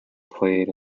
played